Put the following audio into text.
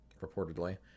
reportedly